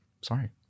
Sorry